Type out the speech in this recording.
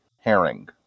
Herring